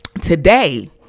today